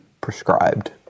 prescribed